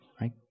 right